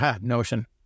Notion